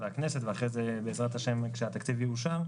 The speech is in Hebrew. הקודמים זה פוגע רק במי שירוויח למעלה מ-40,000 שקל